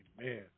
Amen